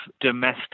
domestic